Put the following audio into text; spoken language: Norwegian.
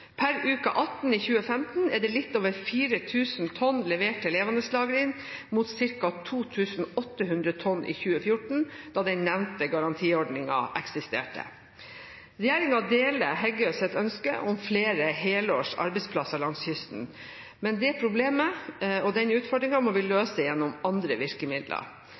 Per uke 18 i 2015 er det litt over 4 000 tonn levert til levendelagring, mot ca. 2 800 tonn i 2014, da den nevnte garantiordningen eksisterte. Regjeringen deler Heggøs ønske om flere helårs arbeidsplasser langs kysten. Men det problemet og den utfordringen må vi løse gjennom andre virkemidler.